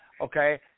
Okay